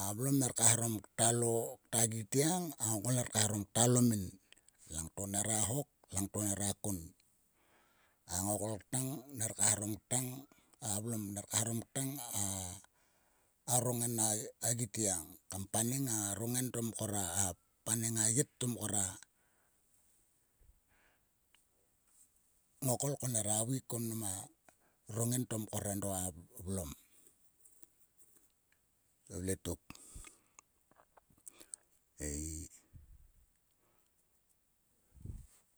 A vlom ner kaeharom ktalo. kta gitiang a ngokol ner kaeharom ktalomin. Langto nera hok. langto nera kon. A ngokol ktang ner kaeharom ktang. A vlom ner kaeharom ktang a roneng a gitiang kam paneng a roneng, a yet to mkor a ngokol ko nera veik ko mnam a roneng to mkor edo a vlom ta vle tok ei.